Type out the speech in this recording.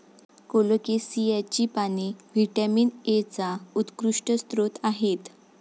कोलोकेसियाची पाने व्हिटॅमिन एचा उत्कृष्ट स्रोत आहेत